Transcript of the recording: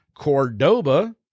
Cordoba